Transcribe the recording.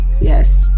yes